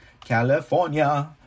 california